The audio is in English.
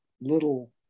little